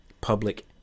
public